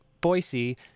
Boise